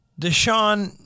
Deshaun